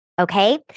okay